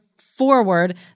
forward